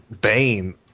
Bane